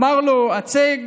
ואמר לו: הצג